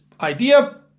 idea